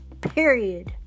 Period